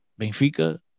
Benfica